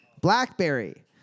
BlackBerry